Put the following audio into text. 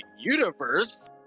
universe